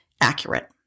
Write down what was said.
accurate